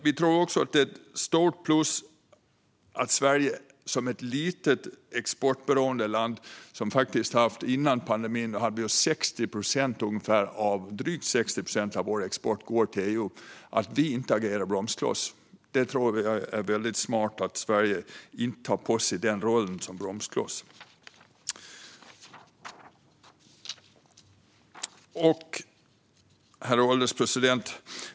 Vi tror också att det är ett stort plus att Sverige som ett litet, exportberoende land, som faktiskt före pandemin hade drygt 60 procent av vår export till EU, inte agerar bromskloss. Vi tror att det är smart att Sverige inte tar på sig rollen som bromskloss. Herr ålderspresident!